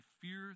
fear